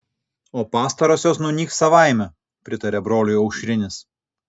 o pastarosios nunyks savaime pritarė broliui aušrinis